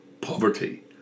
poverty